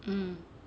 mm